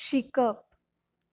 शिकप